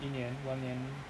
一年 one 年